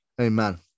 Amen